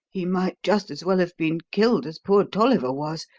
he might just as well have been killed as poor tolliver was,